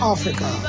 Africa